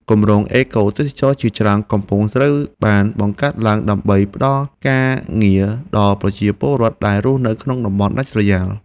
គម្រោងអេកូទេសចរណ៍ជាច្រើនកំពុងត្រូវបានបង្កើតឡើង ដើម្បីផ្តល់ការងារដល់ប្រជាពលរដ្ឋដែលរស់នៅក្នុងតំបន់ដាច់ស្រយាល។